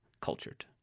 cultured